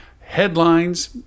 headlines